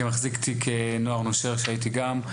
כמחזיק תיק נוער נושר שהייתי גם,